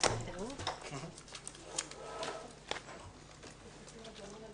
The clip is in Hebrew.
הישיבה ננעלה